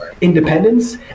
Independence